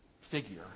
figure